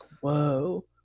whoa